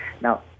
Now